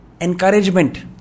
Encouragement